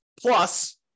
Plus